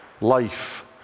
life